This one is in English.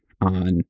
on